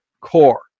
core